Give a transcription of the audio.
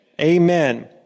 amen